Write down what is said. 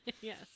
yes